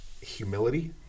humility